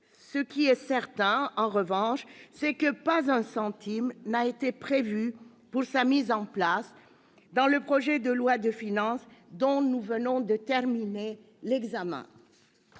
Ce qui est certain, en revanche, c'est que pas un centime n'a été prévu pour sa mise en place dans le projet de loi de finances, dont nous venons de terminer l'examen.